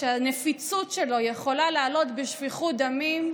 שהנפיצות שלו יכולה לעלות בשפיכות דמים,